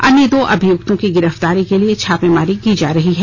अन्य दो अभियुक्तों की गिरफ्तारी के लिए छापेमारी की जा रही है